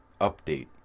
Update